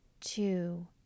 two